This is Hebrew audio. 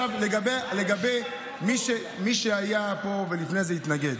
לגבי מי שהיה פה ולפני זה התנגד.